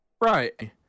right